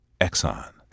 Exxon